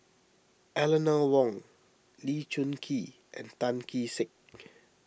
Eleanor Wong Lee Choon Kee and Tan Kee Sek